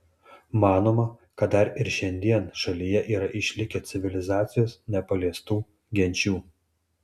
manoma kad dar ir šiandien šalyje yra išlikę civilizacijos nepaliestų genčių